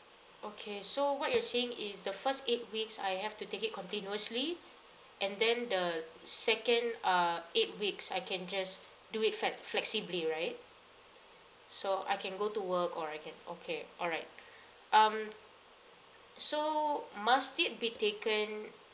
okay so what you're saying is the first eight weeks I have to take it continuously and then the second uh eight weeks I can cas~ do it fle~ flexibly right so I can go to work or I can okay all right um so must it be taken